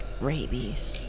rabies